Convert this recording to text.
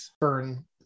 burn